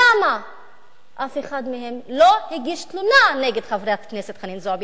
למה אף אחד מהם לא הגיש תלונה נגד חברת הכנסת חנין זועבי?